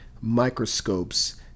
microscopes